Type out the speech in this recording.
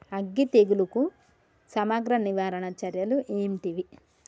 అగ్గి తెగులుకు సమగ్ర నివారణ చర్యలు ఏంటివి?